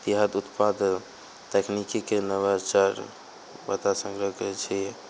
वृहत उत्पाद तकनीकीके नवाचार पता सङ्ग्रहके छी